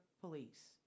Police